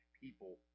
people